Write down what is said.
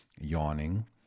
yawning